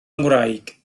ngwraig